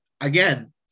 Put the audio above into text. again